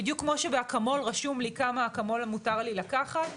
בדיוק כמו שבאקמול רשום לי כמה אקמול מותר לי לקחת,